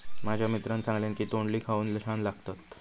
माझ्या मित्रान सांगल्यान की तोंडली खाऊक छान लागतत